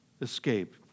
escape